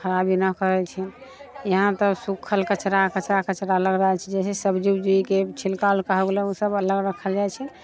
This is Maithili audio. खराबी न करैत छै यहाँ तऽ सूखल कचरा कचरा लऽ जाइत छै जैसे सब्जी उब्जीके छिलका हो गेलै ओसभ अलग राखल जाइत छै